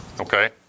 Okay